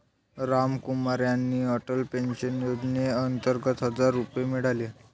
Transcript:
रामकुमार यांना अटल पेन्शन योजनेअंतर्गत हजार रुपये मिळाले